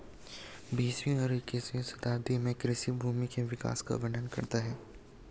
बीसवीं और इक्कीसवीं शताब्दी में कृषि भूमि के विकास का वर्णन करता है